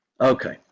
Okay